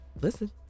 listen